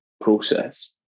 process